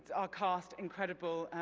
our cast, incredible.